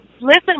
Listen